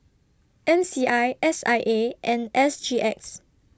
M C I S I A and S G X